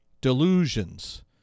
delusions